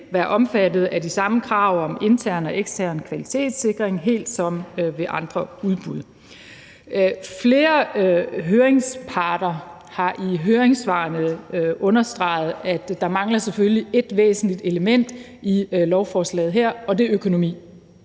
være omfattet af de samme krav om intern og ekstern kvalitetssikring. Flere høringsparter har i høringssvarene understreget, at der selvfølgelig mangler ét væsentligt element i lovforslaget her, nemlig økonomien.